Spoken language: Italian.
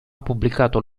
pubblicato